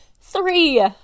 THREE